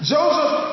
Joseph